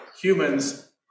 humans